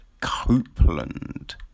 Copeland